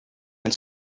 and